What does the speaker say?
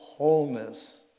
wholeness